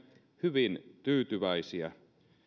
hyvin tyytyväisiä